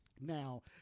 Now